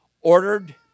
Ordered